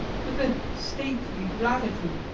with a stately gravity,